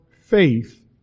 faith